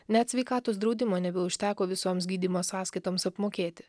net sveikatos draudimo nebeužteko visoms gydymo sąskaitoms apmokėti